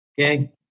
Okay